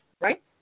right